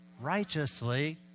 righteously